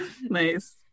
Nice